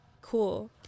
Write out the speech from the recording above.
cool